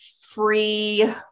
free